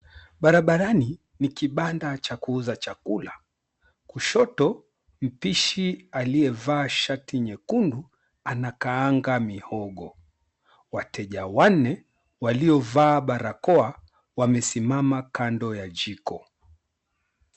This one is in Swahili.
Barabarani ni kibanda cha kuuza chakula. Kushoto mpishi aliyevaa shati nyekundu anakaanga mihogo. Wateja wanne waliovaa barakoa wamesimama kando ya jiko.